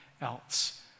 else